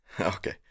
okay